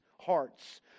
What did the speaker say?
hearts